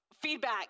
Feedback